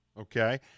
Okay